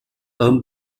homme